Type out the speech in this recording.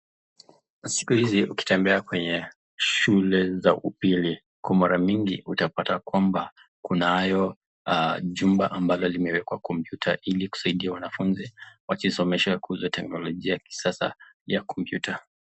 Siku hizi ukitembea kwenye shule za upili, kwa mara mingi utapata kwamba kunayo jumba ambayo imewekwa kompyuta ili kusaidia wanafunzi wakisomeshwa kuhusu teknolojia ya kisasa ya kompyuta.